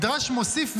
המדרש מוסיף ואומר: